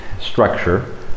structure